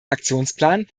aktionsplan